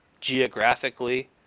geographically